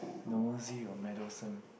nosy or meddlesome